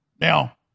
Now